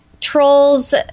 Trolls